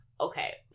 Okay